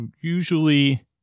usually